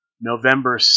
November